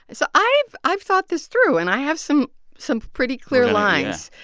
and so i've i've thought this through, and i have some some pretty clear lines,